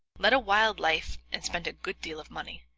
led a wild life, and spent a good deal of money.